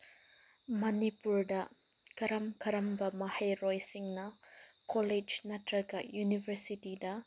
ꯃꯅꯤꯄꯨꯔꯗ ꯀꯔꯝ ꯀꯔꯝꯕ ꯃꯍꯩꯔꯣꯏꯁꯤꯡꯅ ꯀꯣꯂꯦꯖ ꯅꯠꯇ꯭ꯔꯒ ꯌꯨꯅꯤꯕꯔꯁꯤꯇꯤꯗ